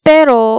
Pero